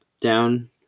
down